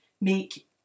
make